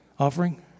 Offering